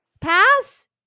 Pass